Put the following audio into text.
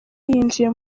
yinjiye